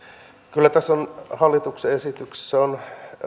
kyllä tässä hallituksen esityksessä on